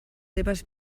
seves